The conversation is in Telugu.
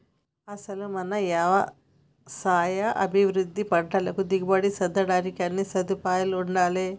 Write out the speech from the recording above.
అసలు మన యవసాయ అభివృద్ధికి పంటల దిగుబడి పెంచడానికి అన్నీ సదుపాయాలూ ఉండాలే